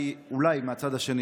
אולי מהצד השני,